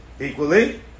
equally